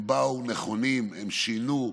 הם באו מוכנים, הם שינו,